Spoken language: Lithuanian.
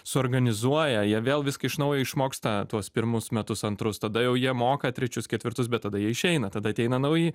suorganizuoja jie vėl viską iš naujo išmoksta tuos pirmus metus antrus tada jau jie moka trečius ketvirtus bet tada jie išeina tada ateina nauji